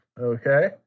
Okay